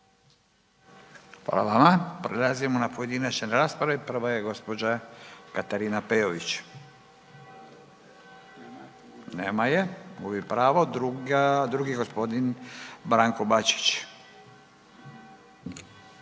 Hvala vama. Prelazimo na pojedinačne rasprave. Prva je gđa. Katarina Peović. Nema je. Gubi pravo. Drugi je g. Branko Bačić.